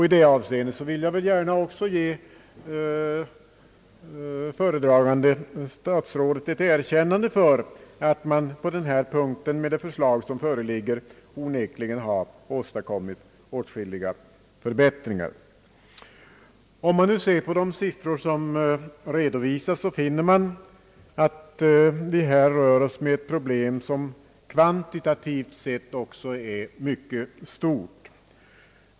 I detta avseende vill jag gärna också ge föredragande statsrådet ett erkännande för att man på denna punkt med det förslag som föreligger onekligen har åstadkommit åtskilliga förbättringar. Om vi ser på de siffror, som nu redovisas, finner vi att det här gäller ett problem, som kvantitativt sett också är mycket stort.